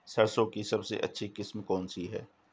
सरसों की सबसे अच्छी किस्म कौन सी है?